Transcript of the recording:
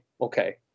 okay